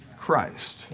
Christ